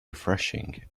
refreshing